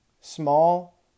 small